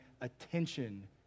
attention